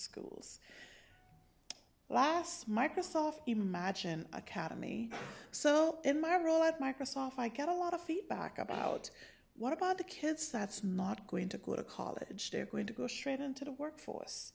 cools last microsoft imagine academy so in my role at microsoft i get a lot of feedback about what about the kids that's not going to go to college they're going to go straight into the workforce